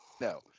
no